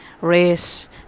race